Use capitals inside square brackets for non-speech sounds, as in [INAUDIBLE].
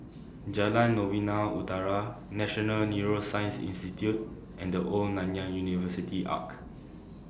[NOISE] Jalan Novena Utara National Neuroscience Institute and The Old Nanyang University Arch